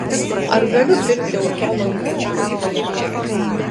ar galiu pilti autolo į dvitaktį variklį